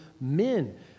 men